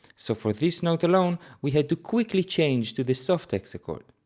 so for this note alone we had to quickly change to the soft hexachord.